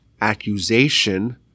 accusation